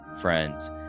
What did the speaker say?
friends